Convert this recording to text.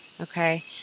okay